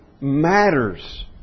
Matters